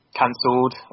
cancelled